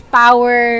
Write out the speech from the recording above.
power